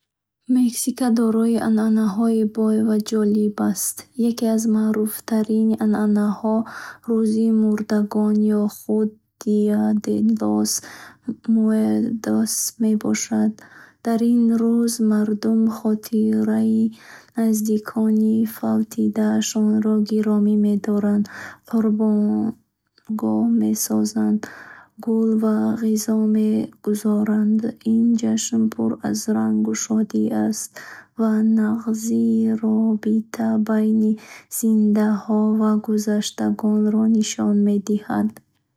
Мексика дорои анъанаҳои бой ва ҷолиб аст. Яке аз маъруфтарин анъанаҳо ― «Рӯзи мурдагон» ё худ «Диа де лос Муэртос» мебошад. Дар ин рӯз мардум хотираи наздикони фавтидаашонро гиромӣ медоранд, қурбонгоҳ месозанд, гул ва ғизо мегузоранд. Ин ҷашн пур аз рангу шодӣ аст ва нағзии робита байни зиндаҳо ва гузаштагонро нишон медиҳад.